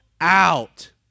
out